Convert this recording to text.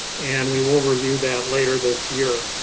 and we will review that later this year.